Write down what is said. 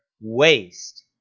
waste